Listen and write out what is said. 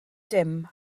dim